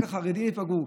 כאילו רק החרדים ייפגעו.